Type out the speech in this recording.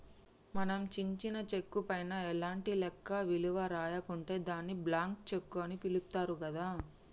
మనం చించిన చెక్కు పైన ఎలాంటి లెక్క విలువ రాయకుంటే దాన్ని బ్లాంక్ చెక్కు అని పిలుత్తారు గదా